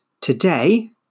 today